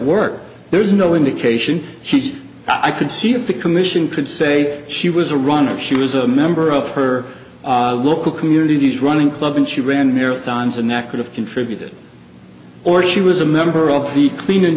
work there's no indication she i could see if the commission could say she was a runner she was a member of her local communities running club and she ran marathons and that could have contributed or she was a member of the clean